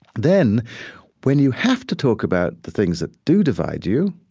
then when you have to talk about the things that do divide you,